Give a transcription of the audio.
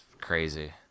crazy